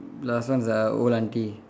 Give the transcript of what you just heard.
last one is uh old aunty